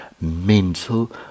mental